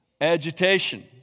agitation